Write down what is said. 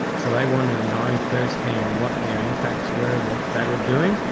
so they wanted to know firsthand what their impacts were, what they were doing,